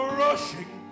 rushing